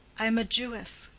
i am a jewess.